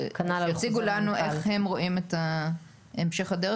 שיציגו לנו איך הם רואים את המשך הדרך,